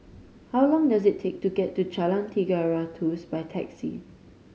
how long does it take to get to Jalan Tiga Ratus by taxi